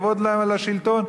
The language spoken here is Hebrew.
כבוד לשלטון.